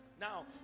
Now